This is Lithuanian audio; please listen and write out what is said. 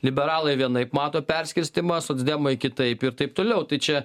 liberalai vienaip mato perskirstymą socdemai kitaip ir taip toliau tai čia